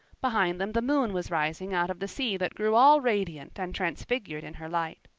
behind them the moon was rising out of the sea that grew all radiant and transfigured in her light.